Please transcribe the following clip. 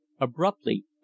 abruptly